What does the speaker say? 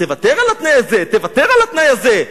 תוותר על התנאי הזה, תוותר על התנאי הזה.